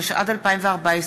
התשע"ד 2014,